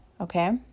okay